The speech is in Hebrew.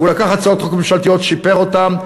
הוא לקח הצעות חוק ממשלתיות, שיפר אותן.